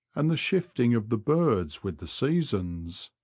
and the shifting of the birds with the seasons.